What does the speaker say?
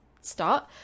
start